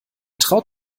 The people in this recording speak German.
traut